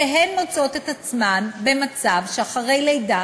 שמוצאות את עצמן במצב שאחרי לידה